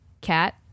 cat